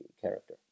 character